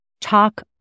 talk